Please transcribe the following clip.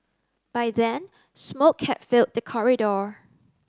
by then smoke had filled the corridor